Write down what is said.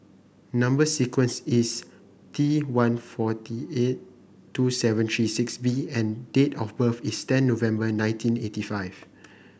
number sequence is T one forty eight two seven three six B and date of birth is ten November nineteen eighty five